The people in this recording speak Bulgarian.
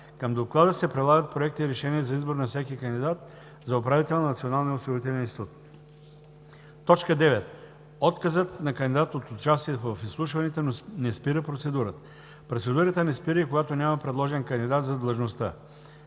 Към доклада се прилагат проекти и решения за избор на всеки кандидат за управител на Националния осигурителен институт. 9. Отказът на кандидат от участие в изслушването не спира процедурата. Процедурата не спира и когато няма предложен кандидат за длъжността.